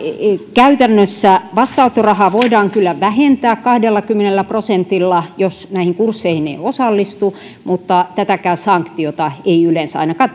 käytännössä vastaanottorahaa voidaan kyllä vähentää kahdellakymmenellä prosentilla jos näihin kursseihin ei osallistu mutta tätäkään sanktiota ei yleensä ainakaan